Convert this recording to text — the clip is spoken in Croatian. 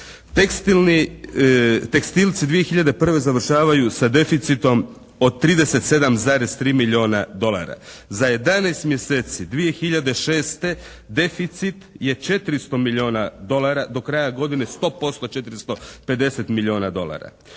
tekstilci 2001. završavaju sa deficitom od 37,3 milijuna dolara. Za 11 mjeseci 2006. deficit je 400 milijuna dolara, do kraja godine sto posto 450 milijuna dolara.